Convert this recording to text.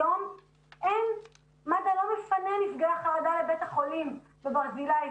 היום מד"א לא מפנה נפגעי חרדה לבית החולים ברזילי,